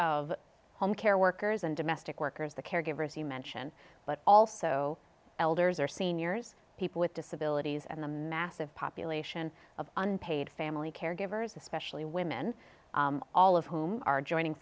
of home care workers and domestic workers the caregivers you mention but also elders or seniors people with disabilities and the massive population of unpaid family caregivers especially women all of whom are joining